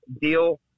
deal